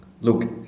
look